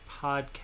podcast